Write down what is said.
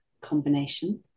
combination